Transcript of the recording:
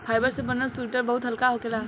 fibre से बनल sweater बहुत हल्का होखेला